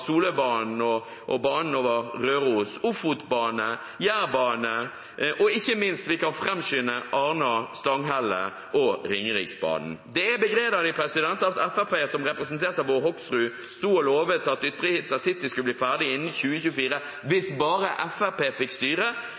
av Solørbanen og banen over Røros, Ofotbanen, Jærbanen og ikke minst, vi kan framskynde Arna–Stanghelle og Ringeriksbanen. Det er begredelig at Fremskrittspartiet, som representert ved Bård Hoksrud sto og lovet at ytre intercity skulle bli ferdig innen 2024 hvis bare Fremskrittspartiet fikk